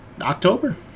October